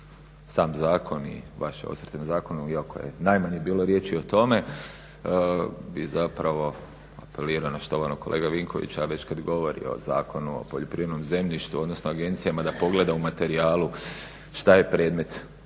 sam zakon i vaše osvrte na zakon iako je najmanje bilo riječi o tome i zapravo apeliram na štovanog kolegu Vinkovića već kad govori o Zakonu o poljoprivrednom zemljištu, odnosno agencijama da pogleda u materijalu šta je predmet jedne